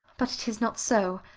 but it is not so.